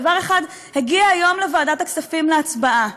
דבר אחד הגיע היום לוועדת הכספים להצבעה: